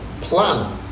plan